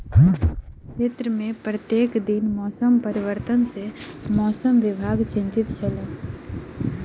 क्षेत्र में प्रत्येक दिन मौसम परिवर्तन सॅ मौसम विभाग चिंतित छल